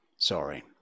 Sorry